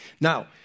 Now